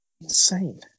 Insane